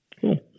Cool